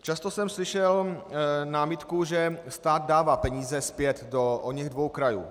Často jsem slyšel námitku, že stát dává peníze zpět do oněch dvou krajů.